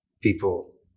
people